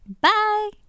Bye